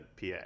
PA